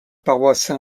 paroisse